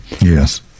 yes